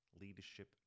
Leadership